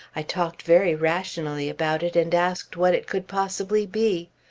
i talked very rationally about it, and asked what it could possibly be.